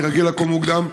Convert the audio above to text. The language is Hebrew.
אני רגיל לקום מוקדם.